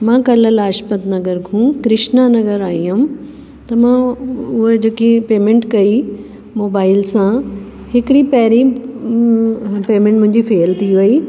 मां कल्ह लाजपत नगर खां कृष्नानगर आईं हुअमि त मां उ उहा जेकी पेमेंट कई मोबाइल सां हिकिड़ी पहिरीं बि पेमेंट मुंहिंजी फ़ेल थी वेई